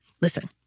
Listen